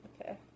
Okay